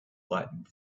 flattened